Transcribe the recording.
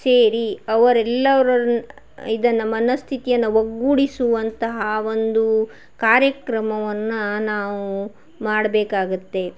ಸೇರಿ ಅವರೆಲ್ಲಾರನ್ ಇದನ್ನು ಮನಸ್ಥಿತಿಯನ್ನು ಒಗ್ಗೂಡಿಸುವಂತಹ ಒಂದು ಕಾರ್ಯಕ್ರಮವನ್ನು ನಾವು ಮಾಡಬೇಕಾಗತ್ತೆ